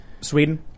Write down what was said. Sweden